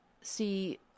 see